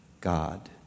God